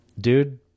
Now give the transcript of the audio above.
dude